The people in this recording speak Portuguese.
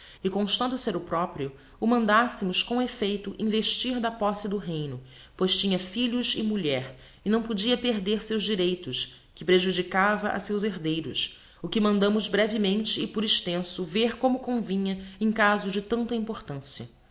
e constando ser o proprio o mandassemos com effeito investir da posse do reyno pois tinha filhos e mulher e não podia perder seus direitos que prejudicava a seus herdeiros o que mandamos brevemente e por extenso vêr como convinha em cazo de tanta importancia